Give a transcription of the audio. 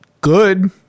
good